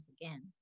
again